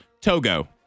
Togo